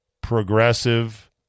progressive